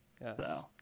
Yes